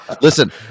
listen